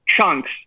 chunks